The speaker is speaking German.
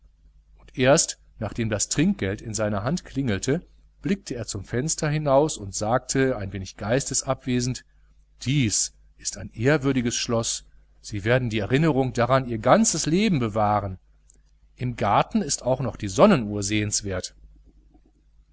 und erst nachdem das trinkgeld in seiner hand klingelte blickte er zum fenster hinaus und sagte ein wenig geistesabwesend dies ist ein ehrwürdiges schloß sie werden die erinnerung daran ihr ganzes leben bewahren im garten ist auch noch die sonnenuhr sehenswert